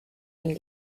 and